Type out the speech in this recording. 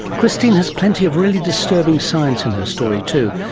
christine has plenty of really disturbing science in her story too.